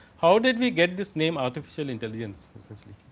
how did he get this name artificial intelligence essentially.